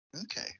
Okay